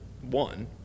one